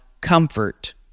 comfort